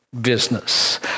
business